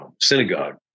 synagogue